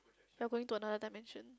you're going to another dimension